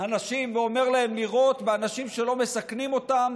אנשים ואומר להם לירות באנשים שלא מסכנים אותם